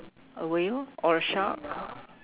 a whale or a shark